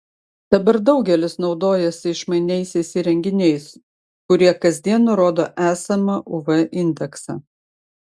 dabar daugelis naudojasi išmaniaisiais įrenginiais kurie kasdien nurodo esamą uv indeksą